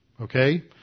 Okay